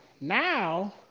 now